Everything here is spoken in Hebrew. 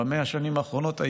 ב-100 השנים האחרונות,